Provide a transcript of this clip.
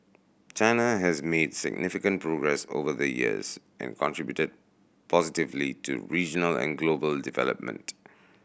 China has made significant progress over the years and contributed positively to regional and global development